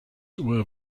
were